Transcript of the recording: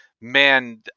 man